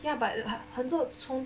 ya but 很重